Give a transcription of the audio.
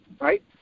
right